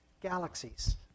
Galaxies